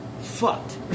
Fucked